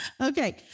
Okay